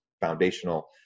foundational